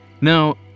Now